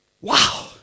Wow